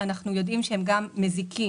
אנחנו יודעים שהם גם מזיקים,